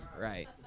Right